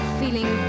feeling